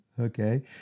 Okay